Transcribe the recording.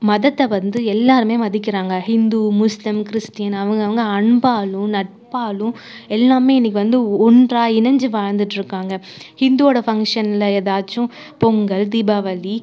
மதத்தை வந்து எல்லோருமே மதிக்கிறாங்க ஹிந்து முஸ்லீம் கிறிஸ்டின் அவங்கவுங்க அன்பாலும் நட்பாலும் எல்லாமே இன்றைக்கு வந்து ஒன்றாக இணைஞ்சு வாழ்ந்துகிட்டு இருக்காங்க ஹிந்துவோடய ஃபங்க்ஷனில் ஏதாச்சும் பொங்கல் தீபாவளி